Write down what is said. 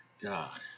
God